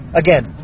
again